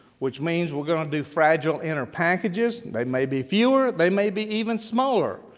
which means we're going to do fragile inner packages, they may be fewer, they may be even smaller,